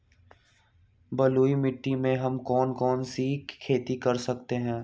बलुई मिट्टी में हम कौन कौन सी खेती कर सकते हैँ?